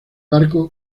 barco